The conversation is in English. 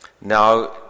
Now